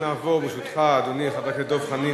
תבוא לדיון בקריאה השנייה והשלישית ותשמיע הערות.